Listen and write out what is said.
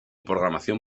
programación